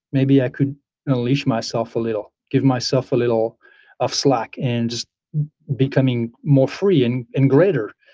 maybe i could unleash myself a little, give myself a little of slack and just becoming more free and and greater.